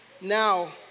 now